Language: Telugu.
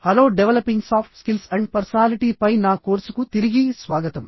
hello developing soft skills and personality పై నా కోర్సుకు తిరిగి స్వాగతం